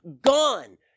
gone